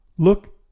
Look